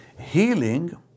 Healing